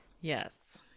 Yes